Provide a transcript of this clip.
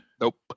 Nope